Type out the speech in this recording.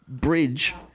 bridge